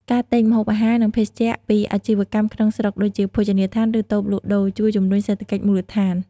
ការទិញ ម្ហូបអាហារ និងភេសជ្ជៈពីអាជីវកម្មក្នុងស្រុក ដូចជាភោជនីយដ្ឋាន ឬតូបលក់ដូរ ជួយជំរុញសេដ្ឋកិច្ចមូលដ្ឋាន។